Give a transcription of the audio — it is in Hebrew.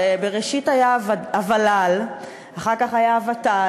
הרי בראשית היה הוול"ל, אחר כך היה הוות"ל,